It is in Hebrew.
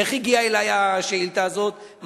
איך הגיעה אלי השאילתא הזאת?